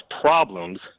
problems